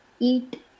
Eat